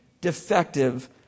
defective